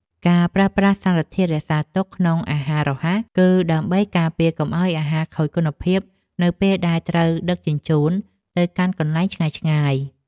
ការប្រើប្រាស់សារធាតុរក្សាទុកក្នុងអាហាររហ័ស គឺដើម្បីការពារកុំឲ្យអាហារខូចគុណភាពនៅពេលដែលត្រូវដឹកជញ្ជូនទៅកាន់កន្លែងឆ្ងាយៗ។